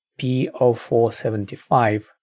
P0475